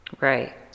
Right